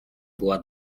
była